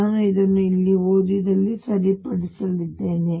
ನಾನು ಇದನ್ನು ಇಲ್ಲಿ ಓದಿದಲ್ಲಿ ಸರಿಪಡಿಸಿದ್ದೇನೆ